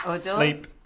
Sleep